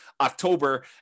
October